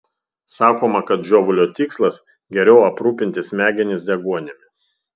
sakoma kad žiovulio tikslas geriau aprūpinti smegenis deguonimi